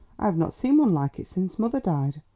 i have not seen one like it since mother died,